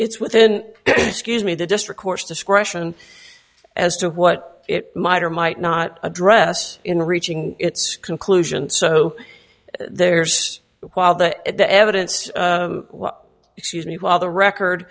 its within scuse me the district court's discretion as to what it might or might not address in reaching its conclusion so there's while the evidence excuse me while the record